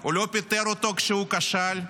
הוא לא פיטר אותו כשהוא כשל,